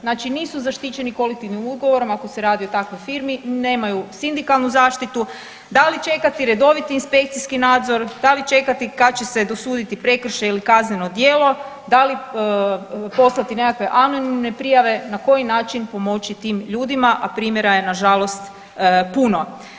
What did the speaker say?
Znači, nisu zaštićeni kolektivnim ugovorom ako se radi o takvoj firmi nemaju sindikalnu zaštitu, da li čekati redoviti inspekcijski nadzor, da li čekati kad će se dosuditi prekršaj ili kazneno djelo, da li poslati nekakve anonimne prijave, na koji način pomoći tim ljudima, a primjera je nažalost puno.